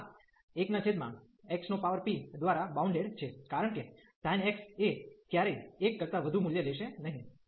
અને આ 1xp દ્વારા બાઉન્ડેડ bounded છે કારણ કે sin x એ ક્યારેય 1 કરતાં વધુ મૂલ્ય લેશે નહીં